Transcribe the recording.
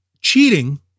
cheating